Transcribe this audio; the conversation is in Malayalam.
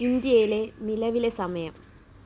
ഇൻഡ്യയിലെ നിലവിലെ സമയം